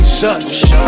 shots